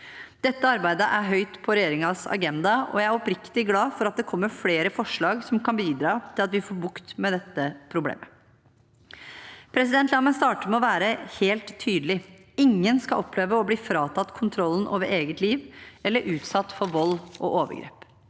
Dette arbeidet er høyt på regjeringens agenda, og jeg er oppriktig glad for at det kommer flere forslag som kan bidra til at vi får bukt med dette problemet. La meg starte med å være helt tydelig. Ingen skal oppleve å bli fratatt kontrollen over eget liv eller bli utsatt for vold og overgrep.